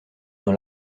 dans